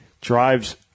drives